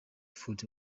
food